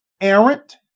errant